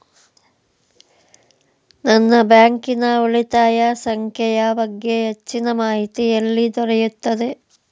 ನನ್ನ ಬ್ಯಾಂಕಿನ ಉಳಿತಾಯ ಸಂಖ್ಯೆಯ ಬಗ್ಗೆ ಹೆಚ್ಚಿನ ಮಾಹಿತಿ ಎಲ್ಲಿ ದೊರೆಯುತ್ತದೆ?